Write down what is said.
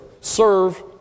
serve